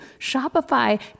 Shopify